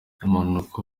impanuka